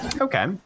Okay